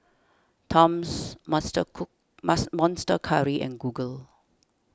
Toms monster cook mas Monster Curry and Google